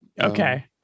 okay